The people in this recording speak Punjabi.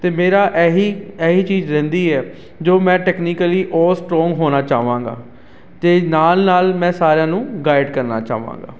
ਅਤੇ ਮੇਰੀ ਇਹੀ ਇਹੀ ਚੀਜ਼ ਰਹਿੰਦੀ ਹੈ ਜੋ ਮੈਂ ਟੈਕਨੀਕਲੀ ਉਹ ਸਟਰੋਂਗ ਹੋਣਾ ਚਾਹਾਂਗਾ ਅਤੇ ਨਾਲ ਨਾਲ ਮੈਂ ਸਾਰਿਆਂ ਨੂੰ ਗਾਈਡ ਕਰਨਾ ਚਾਹਾਂਗਾ